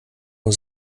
nur